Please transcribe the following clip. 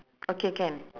okay can